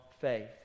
faith